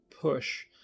push